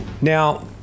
Now